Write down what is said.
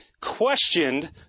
questioned